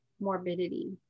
morbidity